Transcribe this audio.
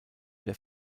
der